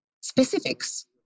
specifics